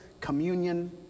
communion